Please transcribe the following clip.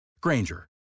Granger